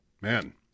Man